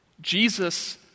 Jesus